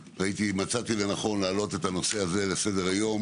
מצאתי לנכון להעלות את הנושא הזה לסדר היום